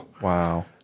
Wow